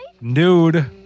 nude